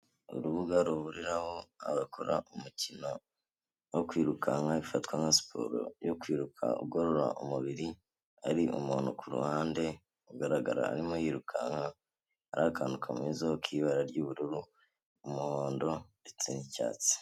Urubuga ruhuriraho abakora umukino wo kwirukanka ifatwa nka siporo yo kwiruka ugorora umubiri, hari umuntu ku ruhande ugaragara arimo yirukanka, hari akantu kamumezeho k'ibara ry'ubururu, umuhondo ndetse n'icyatsi.